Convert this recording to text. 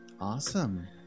Awesome